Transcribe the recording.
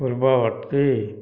ପୂର୍ବବର୍ତ୍ତୀ